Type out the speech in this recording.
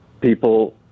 people